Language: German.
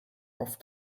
auf